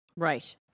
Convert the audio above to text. Right